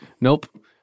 Nope